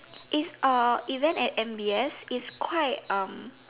it's uh event at M_B_S it's quite um